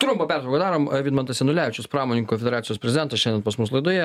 trumpą pertrauką darom vidmantas janulevičius pramonininkų konfederacijos prezidentas šiandien pas mus laidoje